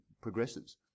progresses